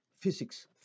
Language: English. physics